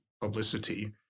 publicity